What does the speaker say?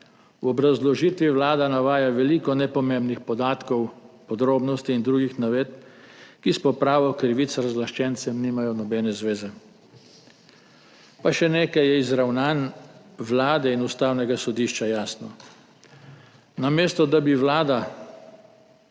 V obrazložitvi Vlada navaja veliko nepomembnih podatkov, podrobnosti in drugih navedb, ki s popravo krivic razlaščencem nimajo nobene zveze. Pa še nekaj je jasno iz ravnanj Vlade in Ustavnega sodišča. Namesto da bi Vlada